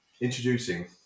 introducing